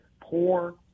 poor